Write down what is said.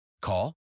Call